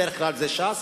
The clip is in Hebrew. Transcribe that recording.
בדרך כלל זאת ש"ס,